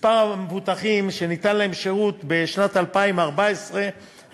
מספר המבוטחים שניתן להם שירות בשנת 2014 היה